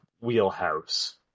wheelhouse